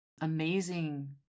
amazing